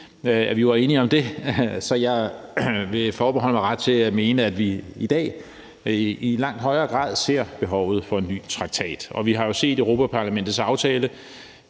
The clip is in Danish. vi var enige om det, så jeg vil forbeholde mig retten til at mene, at vi i dag i langt højere grad ser behovet for en ny traktat. Og vi har jo set Europa-Parlamentets aftale,